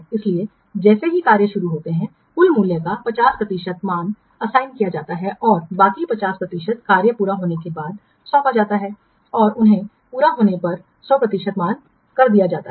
इसलिए जैसे ही कार्य शुरू होते हैं कुल मूल्य का 50 प्रतिशत मान असाइन किया जाता है और बाकी 50 प्रतिशत कार्य पूरा होने के बाद सौंपा जाता है और उन्हें पूरा होने पर 100 प्रतिशत मान दिया जाता है